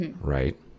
Right